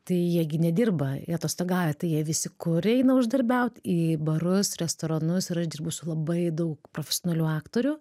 tai jie gi nedirba jie atostogauja tai jie visi kur eina uždarbiaut į barus restoranus ir aš dirbu su labai daug profesionalių aktorių